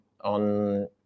on